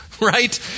right